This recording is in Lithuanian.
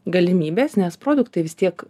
galimybes nes produktai vis tiek